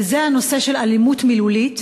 וזה הנושא של אלימות מילולית,